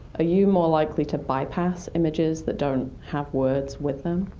ah you more likely to bypass images that don't have words with them?